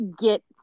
get